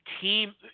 team